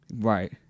Right